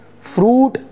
fruit